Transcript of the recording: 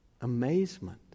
amazement